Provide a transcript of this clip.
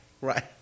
Right